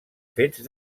fets